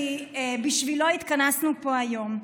כי בשבילו התכנסנו פה היום: